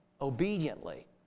obediently